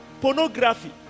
pornography